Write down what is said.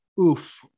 oof